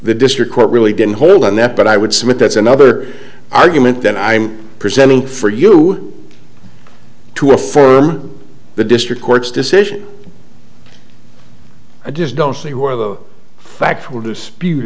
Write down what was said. the district court really didn't hold on that but i would submit that's another argument that i'm presenting for you to affirm the district court's decision i just don't see where the factual dispute